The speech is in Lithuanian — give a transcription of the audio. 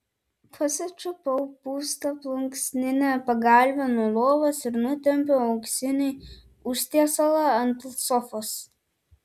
pasičiupau pūstą plunksninę pagalvę nuo lovos ir nutempiau auksinį užtiesalą ant sofos